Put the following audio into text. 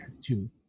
two